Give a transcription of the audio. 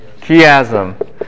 chiasm